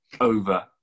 over